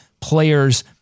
players